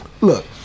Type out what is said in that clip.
look